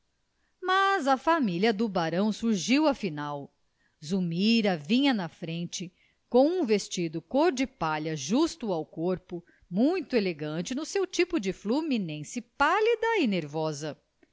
mas a família do barão surgiu afinal zulmira vinha na frente com um vestido cor de palha justo ao corpo muito elegante no seu tipo de fluminense pálida e nervosa